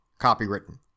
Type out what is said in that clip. copywritten